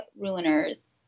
ruiners